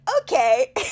okay